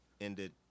ended